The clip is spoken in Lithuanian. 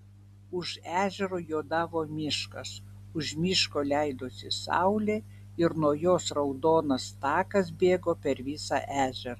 už ežero juodavo miškas už miško leidosi saulė ir nuo jos raudonas takas bėgo per visą ežerą